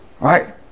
Right